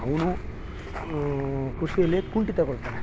ಅವನು ಕೃಷಿಯಲ್ಲಿ ಕುಂಠಿತಗೊಳ್ತಾನೆ